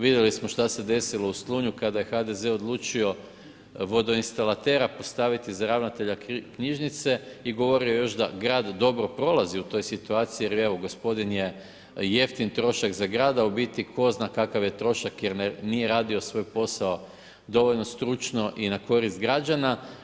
Vidjeli smo što se desilo u Slunju kada je HDZ odlučio vodoinstalatera postaviti za ravnatelja knjižnice i govorio je još da grad dobro prolazi u toj situaciji jer evo, gospodin je jeftin trošak za grad, a u biti tko zna kakav je trošak jer nije radio svoj posao dovoljno stručno i na koristi građana.